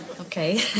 Okay